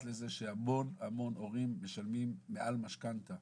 לזה שהמון המון הורים משלמים מעל משכנתה